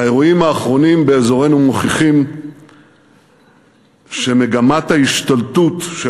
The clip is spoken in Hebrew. האירועים האחרונים באזורנו מוכיחים שמגמת ההשתלטות של